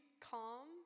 calm